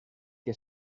que